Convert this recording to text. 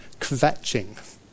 kvetching